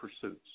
pursuits